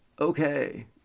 Okay